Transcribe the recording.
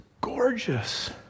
gorgeous